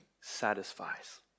satisfies